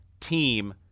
team